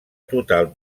total